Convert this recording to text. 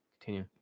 Continue